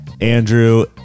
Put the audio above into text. Andrew